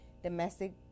domestic